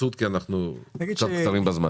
בתמצות כי אנחנו קצת קצרים בזמן.